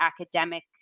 academic